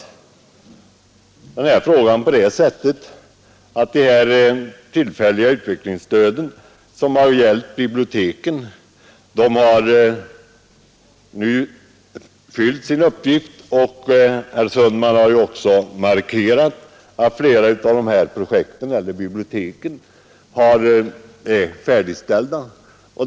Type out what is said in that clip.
Vi har fattat saken så att det tillfälliga utvecklingsstödet till bibliotek nu har fyllt sin uppgift. Herr Sundman har också markerat att flera av dessa bibliotek är färdigställda.